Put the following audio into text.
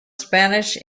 spanish